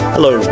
Hello